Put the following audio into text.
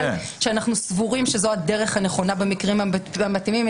שאנחנו סבורים שזו הדרך הנכונה במקרים המתאימים.